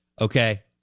Okay